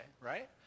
right